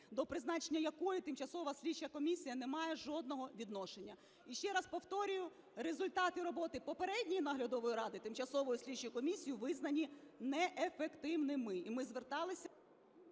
до призначення якої тимчасова слідча комісія не має жодного відношення. І ще раз повторюю, результати роботи попередньої наглядової ради тимчасовою слідчою комісією визнані неефективними,